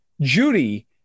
Judy